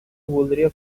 voldria